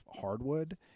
hardwood